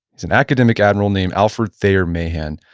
he's an academic admiral named alfred thayer mahan.